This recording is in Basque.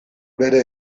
bere